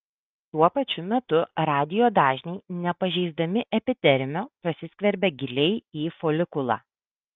tuo pačiu metu radijo dažniai nepažeisdami epidermio prasiskverbia giliai į folikulą